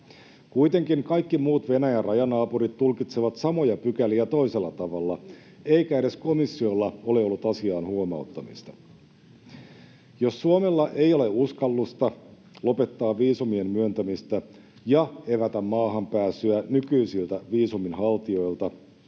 Kuitenkin kaikki muut Venäjän rajanaapurit tulkitsevat samoja pykäliä toisella tavalla, eikä edes komissiolla ole ollut asiaan huomauttamista. Jos Suomella ei ole uskallusta lopettaa viisumien myöntämistä ja evätä maahanpääsyä nykyisiltä viisumin haltijoilta,